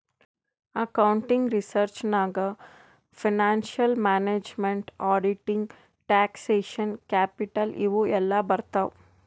accounting research ನಾಗ್ financial management, auditing, taxation, capital ಇವು ಎಲ್ಲಾ ಬರ್ತಾವ್